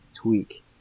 Tweak